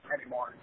anymore